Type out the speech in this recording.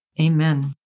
Amen